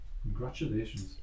Congratulations